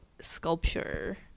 sculpture